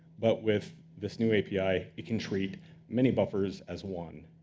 but with this new api, you can treat many buffers as one.